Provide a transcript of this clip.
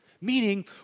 meaning